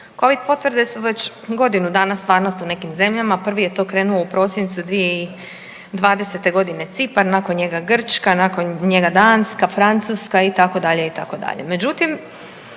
Covid potvrde su već godinu dana stvarnost u nekim zemljama. Prvi je to krenuo u prosincu 2020. g. Cipar, nakon njega Grčka, nakon njega Danska, Francuska, itd.,